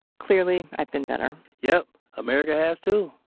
clearly, i've been better yup. america has too.